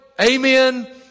Amen